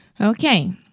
Okay